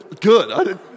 good